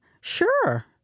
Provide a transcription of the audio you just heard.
Sure